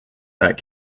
that